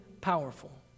powerful